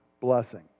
blessing